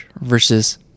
versus